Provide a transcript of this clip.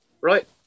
right